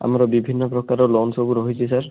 ଆମର ବିଭିନ୍ନ ପ୍ରକାରର ଲୋନ ସବୁ ରହିଛି ସାର୍